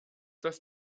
das